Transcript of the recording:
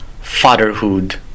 fatherhood